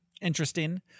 Interesting